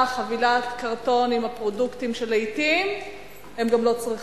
חבילה קרטון עם הפרודוקטים שלעתים הם גם לא צריכים.